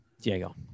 Diego